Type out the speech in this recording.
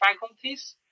faculties